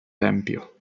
tempio